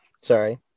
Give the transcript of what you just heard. sorry